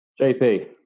JP